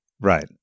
Right